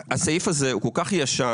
הסעיף הזה הוא כל כך ישן,